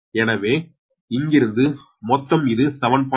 எனவே இங்கிருந்து மொத்தம் இது 7